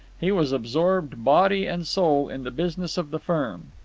he was absorbed, body and soul, in the business of the firm.